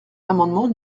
l’amendement